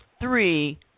three